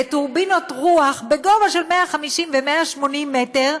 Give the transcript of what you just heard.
וטורבינות רוח בגובה של 150 ו-180 מטר,